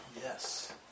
Yes